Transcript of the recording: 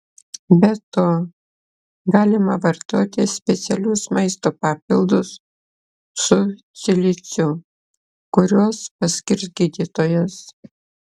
be to galima vartoti specialius maisto papildus su siliciu kuriuos paskirs gydytojas